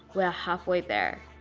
we're halfway there